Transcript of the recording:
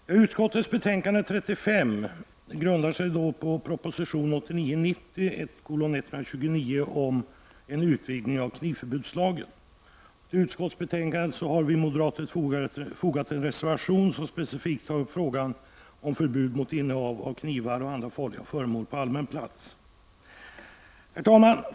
Herr talman! Utskottets betänkande 35 grundas på proposition 1989/90:129 om en utvidgning av knivförbudslagen. Till utskottets betänkande har vi moderater fogat en reservation, som specifikt tar upp frågan om förbud mot innehav av knivar och andra farliga föremål på allmän plats. Herr talman!